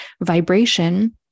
vibration